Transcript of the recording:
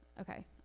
Okay